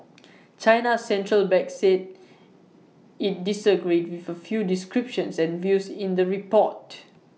China's Central Bank said IT disagreed with A few descriptions and views in the report